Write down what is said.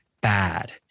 bad